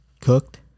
cooked